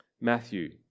Matthew